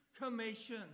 commission